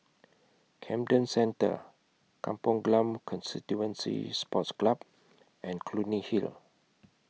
Camden Centre Kampong Glam Constituency Sports Club and Clunny Hill